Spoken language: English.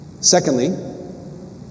Secondly